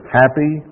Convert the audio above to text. happy